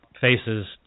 faces